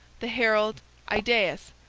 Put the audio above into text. the herald idaeus,